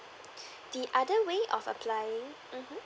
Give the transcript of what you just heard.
the other way of applying mmhmm